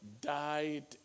died